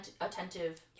attentive